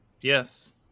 Yes